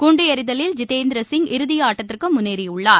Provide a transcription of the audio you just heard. குண்டுஎறிதலில் Jitendra Singh இறுதியாட்டத்திற்குமுன்னேறியுள்ளார்